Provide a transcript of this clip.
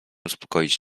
uspokoić